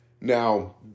Now